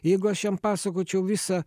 jeigu aš jam pasakočiau visą